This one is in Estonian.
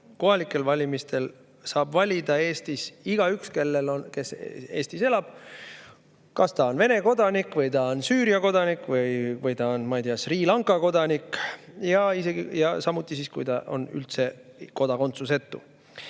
Kohalikel valimistel saab [praegu] valida Eestis igaüks, kes Eestis elab, kas ta on Vene kodanik või ta on Süüria kodanik või ta on, ma ei tea, Sri Lanka kodanik, ja samuti [inimene], kes on üldse kodakondsusetu.